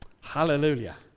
Hallelujah